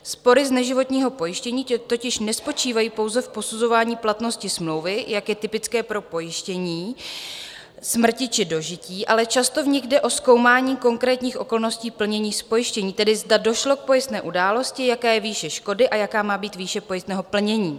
Spory z neživotního pojištění totiž nespočívají pouze v posuzování platnosti smlouvy, jak je typické pro pojištění smrti či dožití, ale často v nich jde o zkoumání konkrétních okolností plnění z pojištění, tedy zda došlo k pojistné události, jaká je výše škody a jaká má být výše pojistného plnění.